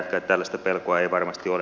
tällaista pelkoa ei varmasti ole